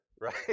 right